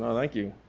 thank you.